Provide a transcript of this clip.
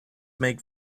make